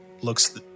looks